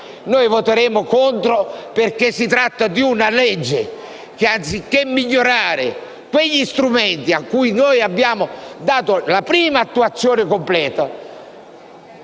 provvedimento, perché si tratta di una legge che, anziché migliorare quegli strumenti cui noi abbiamo dato la prima attuazione completa,